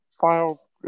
file